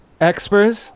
Experts